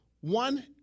one